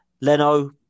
Leno